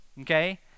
Okay